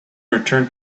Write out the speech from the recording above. return